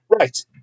Right